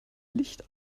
licht